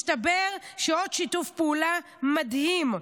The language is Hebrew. מסתבר שעוד שיתוף פעולה מדהים,